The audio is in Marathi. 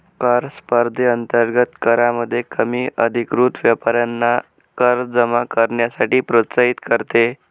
कर स्पर्धेअंतर्गत करामध्ये कमी अधिकृत व्यापाऱ्यांना कर जमा करण्यासाठी प्रोत्साहित करते